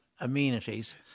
amenities